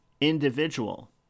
individual